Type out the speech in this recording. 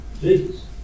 Jesus